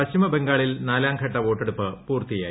പശ്ചിമബംഗാളിൽ നാലാം ഘട്ട വോട്ടെടുപ്പ് പൂർത്തിയായി